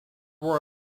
were